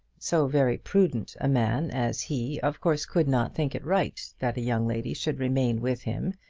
so very prudent a man as he of course could not think it right that a young lady should remain with him,